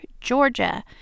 Georgia